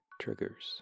triggers